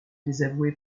désavoué